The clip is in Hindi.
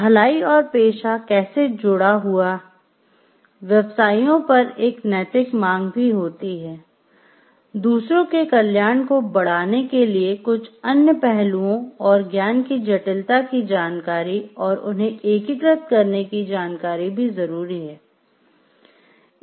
भलाई और पेशा कैसे जुड़ा हुआ व्यवसायियों पर एक नैतिक मांग भी होती है दूसरों के कल्याण को बढ़ाने के लिए कुछ अन्य पहलुओं और ज्ञान की जटिलता की जानकारी और उन्हें एकीकृत करने की जानकारी भी जरूरी है